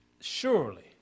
surely